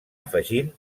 afegint